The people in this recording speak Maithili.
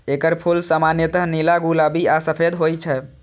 एकर फूल सामान्यतः नीला, गुलाबी आ सफेद होइ छै